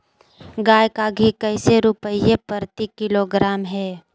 गाय का घी कैसे रुपए प्रति किलोग्राम है?